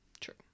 True